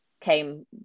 came